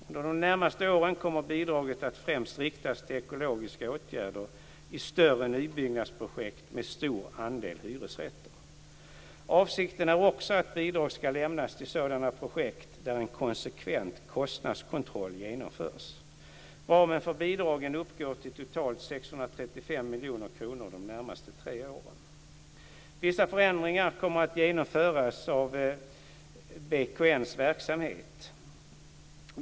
Under de närmaste åren kommer bidraget att främst riktas till ekologiska åtgärder i större nybyggnadsprojekt med stor andel hyresrätter. Avsikten är också att bidrag ska lämnas till sådana projekt där en konsekvent kostnadskontroll genomförs. Ramen för bidragen uppgår till totalt 635 miljoner kronor de tre närmaste åren. Vissa förändringar kommer att genomföras av BKN:s verksamhet.